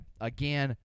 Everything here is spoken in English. Again